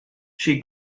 she